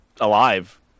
alive